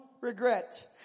regret